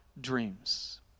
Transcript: dreams